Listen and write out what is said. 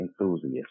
enthusiast